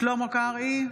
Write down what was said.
שלמה קרעי,